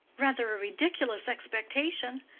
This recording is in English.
rather a ridiculous expectation.